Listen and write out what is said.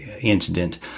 incident